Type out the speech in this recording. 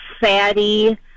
fatty